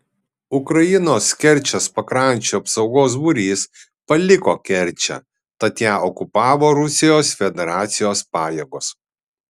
ukrainos kerčės pakrančių apsaugos būrys paliko kerčę tad ją okupavo rusijos federacijos pajėgos